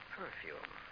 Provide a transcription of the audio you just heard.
perfume